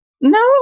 No